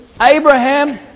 Abraham